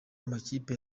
amakipe